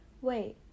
wait